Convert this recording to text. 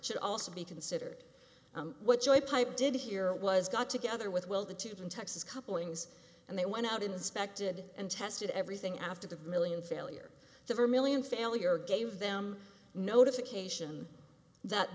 should also be considered what joy pipe did here was got together with well the tubes in texas couplings and they went out inspected and tested everything after the million failure the vermillion failure gave them notification that